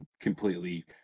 completely